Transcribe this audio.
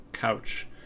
couch